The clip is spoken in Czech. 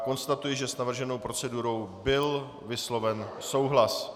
Konstatuji, že s navrženou procedurou byl vysloven souhlas.